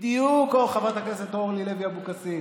בדיוק, אוה, חברת הכנסת אורלי לוי אבקסיס,